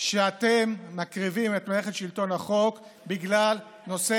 שאתם מקריבים את מערכת שלטון החוק בגלל נושא